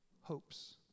Hopes